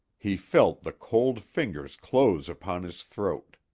he felt the cold fingers close upon his throat.